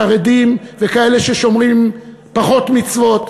חרדים וכאלה ששומרים פחות מצוות,